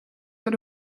door